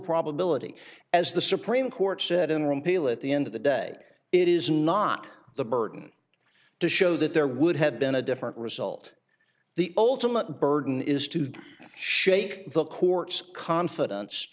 probability as the supreme court said in repeal at the end of the day it is not the burden to show that there would have been a different result the ultimate burden is to shake the court's confidence